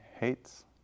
hates